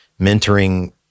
mentoring